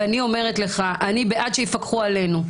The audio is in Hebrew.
ואני אומרת לך: אני בעד שיפקחו עלינו.